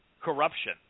corruption